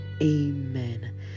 Amen